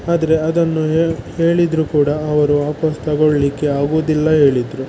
ಆದರೆ ಅದನ್ನು ಹೇಳಿದರೂ ಕೂಡ ಅವರು ವಾಪಸ್ಸು ತಗೊಳಲಿಕ್ಕೆ ಆಗುದಿಲ್ಲ ಹೇಳಿದ್ರು